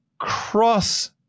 cross